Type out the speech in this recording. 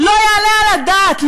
לא יעלה על הדעת,